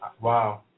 Wow